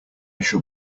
shall